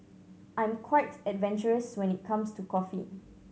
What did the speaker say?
I'm quite adventurous when it comes to coffee